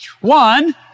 One